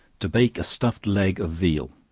to bake a stuffed leg of veal.